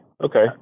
okay